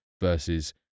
versus